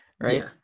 right